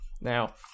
Now